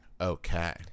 Okay